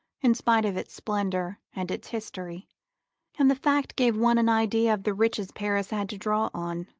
in spite of its splendour and its history and the fact gave one an idea of the riches paris had to draw on,